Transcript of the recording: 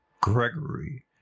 Gregory